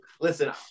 listen